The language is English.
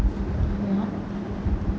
ya